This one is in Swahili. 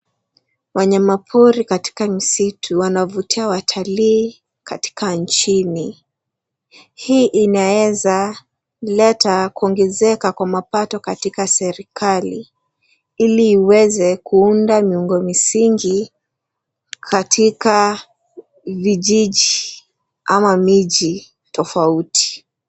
Wanyama pori katika misitu wanavutia watalii katika nchini. Hii inaweza leta kuongezeka kwa mapato katika serikali, ili iweze kuunda miungo misingi katika vijiji ama miji tofauti.